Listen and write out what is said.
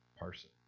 person